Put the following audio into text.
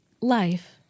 life